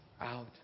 out